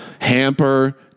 Hamper